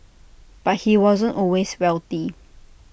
but he wasn't always wealthy